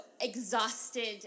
exhausted